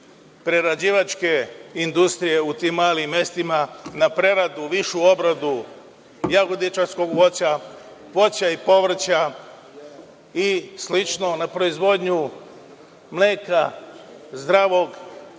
prerađivačke industrije u tim malim mestima, na preradu, višu obradu jagodičastog voća, voća i povrća i slično, kao i na proizvodnju mleka zdravog i